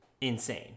insane